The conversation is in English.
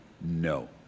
no